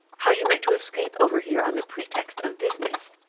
how you meant to escape over here on the pretext of business,